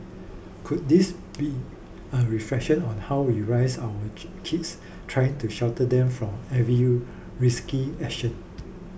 could this be a reflection on how we raise our kids trying to shelter them from every risky action